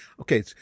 Okay